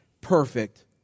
perfect